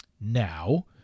Now